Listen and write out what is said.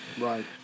Right